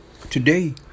Today